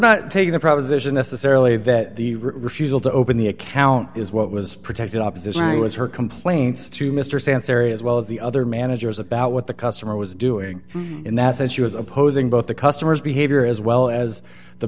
not taking the proposition necessarily that the refusal to open the account is what was protected opposition was her complaints to mr sansbury as well as the other managers about what the customer was doing in that she was opposing both the customer's behavior as well as the